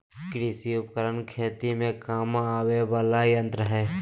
कृषि उपकरण खेती में काम आवय वला यंत्र हई